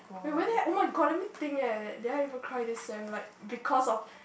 we wait it oh-my-god let me think eh did I ever cry this sem like because of